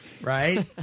Right